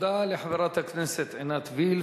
תודה לחברת הכנסת עינת וילף.